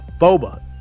boba